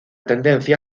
tendencia